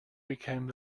became